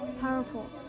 powerful